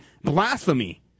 blasphemy